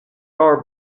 are